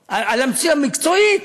מקצועית.